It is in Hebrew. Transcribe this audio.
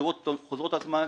התשובות חוזרות על עצמן,